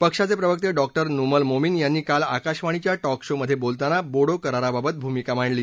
पक्षाचे प्रवक्ते डॉक्टर नूमल मोमीन यांनी काल आकाशवाणीच्या टॉक शोमध्ये बोलताना बोडो कराराबाबत भूमिका मांडली